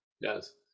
Yes